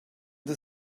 the